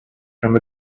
from